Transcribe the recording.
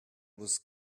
was